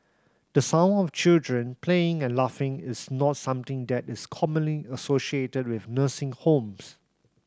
the sound of children playing and laughing is not something that is commonly associated with nursing homes